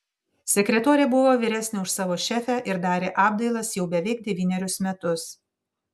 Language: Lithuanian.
sekretorė buvo vyresnė už savo šefę ir darė apdailas jau beveik devynerius metus